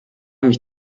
mich